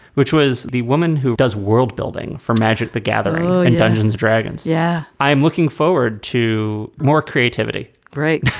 which was the woman who does worldbuilding for magic, the gathering in dungeons dragons. yeah, i am looking forward to more creativity. great